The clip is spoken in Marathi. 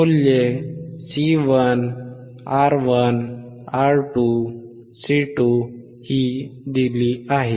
मूल्ये C1 R1 R2 C2 दिली आहेत